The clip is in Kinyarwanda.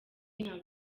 ntabwo